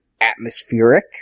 atmospheric